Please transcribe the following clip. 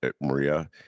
Maria